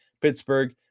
Pittsburgh